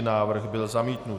Návrh byl zamítnut.